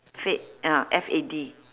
fad ya F A D